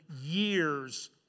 years